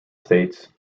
states